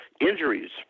injuries